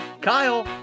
kyle